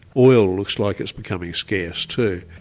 oil looks like it's becoming scarce too.